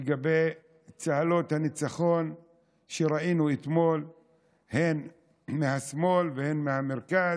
והוא לגבי צהלות הניצחון שראינו אתמול הן מהשמאל והן מהמרכז.